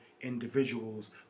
individuals